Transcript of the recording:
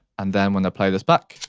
and then when i play this back,